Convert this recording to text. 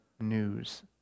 news